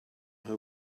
her